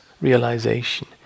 realization